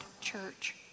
church